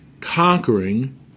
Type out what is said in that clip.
conquering